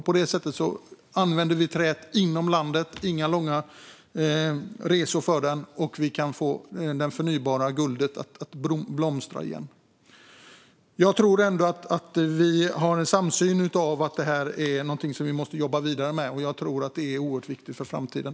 På det sättet skulle vi använda träet inom landet - det blir inga långa resor för det - och vi skulle få det förnybara guldet att blomstra igen. Jag tror ändå att vi har en samsyn gällande att detta är någonting vi måste jobba vidare med. Jag tror att det är oerhört viktigt inför framtiden.